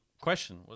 question